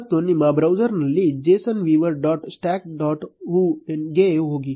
ಮತ್ತು ನಿಮ್ಮ ಬ್ರೌಸರ್ನಲ್ಲಿ json viewer dot stack dot hu ಗೆ ಹೋಗಿ